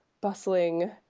bustling